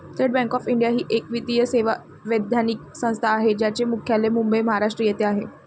state Bank of India ही एक वित्तीय सेवा वैधानिक संस्था आहे ज्याचे मुख्यालय मुंबई, महाराष्ट्र येथे आहे